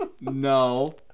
No